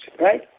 right